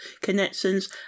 connections